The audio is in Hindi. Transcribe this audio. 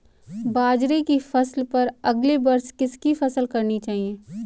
बाजरे की फसल पर अगले वर्ष किसकी फसल करनी चाहिए?